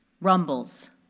rumbles